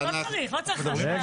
לא צריך, לא צריך בכלל.